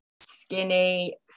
skinny